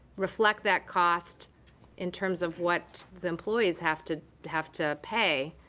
reflect that cost in terms of what the employees have to have to pay,